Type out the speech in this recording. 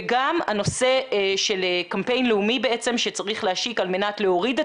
וגם הנושא של קמפיין לאומי בעצם שצריך להשיק על מנת להוריד את